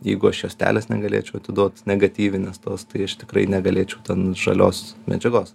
jeigu aš juostelės negalėčiau atiduot negatyvinės tos tai aš tikrai negalėčiau ten žalios medžiagos